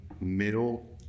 middle